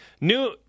New